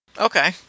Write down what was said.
Okay